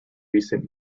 recent